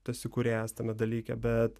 tu esi kūrėjas tame dalyke bet